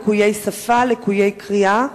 לקויי שפה ולקויי קריאה.